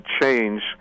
change